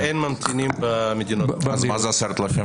כרגע אין ממתינים במדינות המעטפת.